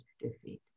defeat